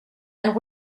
and